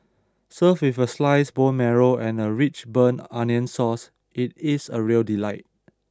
served with a sliced bone marrow and a rich burnt onion sauce it is a real delight